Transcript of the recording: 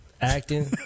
acting